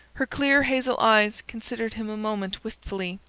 her clear hazel eyes considered him a moment wistfully.